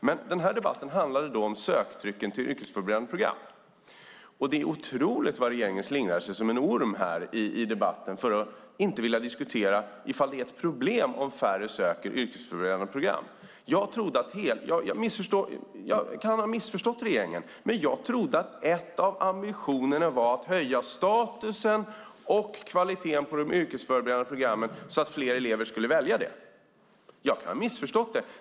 Men den här debatten handlar om söktrycket till yrkesförberedande program. Det är otroligt hur regeringen slingrar sig om en orm i debatten för att slippa diskutera om det är ett problem att färre söker yrkesförberedande program. Jag kan ha missförstått regeringen, men jag trodde att en av ambitionerna var att höja statusen och kvaliteten på de yrkesförberedande programmen så att fler elever skulle välja det. Jag kan ha missförstått det.